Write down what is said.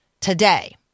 today